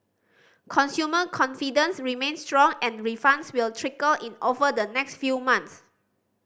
consumer confidence remains strong and refunds will trickle in over the next few months